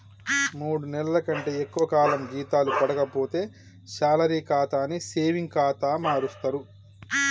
మూడు నెలల కంటే ఎక్కువ కాలం జీతాలు పడక పోతే శాలరీ ఖాతాని సేవింగ్ ఖాతా మారుస్తరు